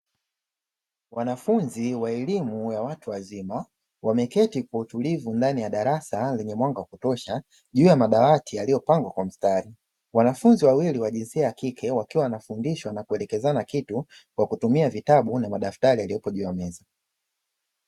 Wanafunzi wa elimu ya watu wazima wameketi kwa utulivu ndani ya darasa lenye mwanga wa kutosha juu ya madawati yaliyopangwa kwa msitari, wanafunzi wawili wa jinsia ya kike wakiwa wanafundishwa na kuelekezana kitu kwa kutumia vitabu na madaftari yaliyopo juu ya meza.